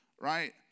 Right